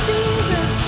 Jesus